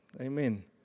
Amen